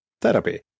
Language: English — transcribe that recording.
Therapy